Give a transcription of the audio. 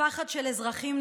הפחד של אזרחים,